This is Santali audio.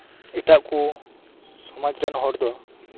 ᱮᱴᱟᱜ ᱠᱩ ᱥᱚᱢᱟᱡᱨᱮᱱ ᱦᱚᱲ ᱫᱚ